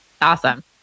Awesome